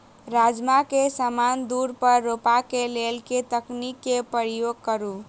राजमा केँ समान दूरी पर रोपा केँ लेल केँ तकनीक केँ प्रयोग करू?